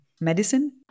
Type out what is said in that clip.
medicine